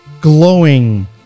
glowing